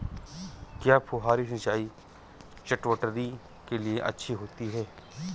क्या फुहारी सिंचाई चटवटरी के लिए अच्छी होती है?